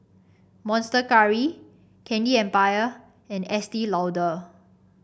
Monster Curry Candy Empire and Estee Lauder